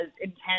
intense